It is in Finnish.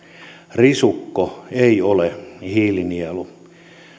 risukko ei ole hiilinielu